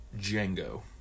Django